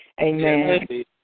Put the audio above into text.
Amen